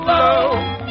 love